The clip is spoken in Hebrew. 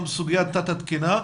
גם סוגיית תת התקינה.